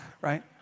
right